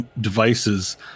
devices